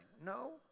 No